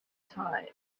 time